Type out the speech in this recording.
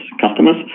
customers